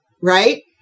right